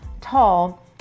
tall